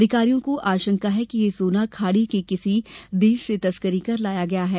अधिकारियों को आशंका है कि ये सोना खाड़ी के किसी देश से तस्करी कर लाया गया है